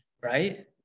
right